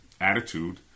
attitude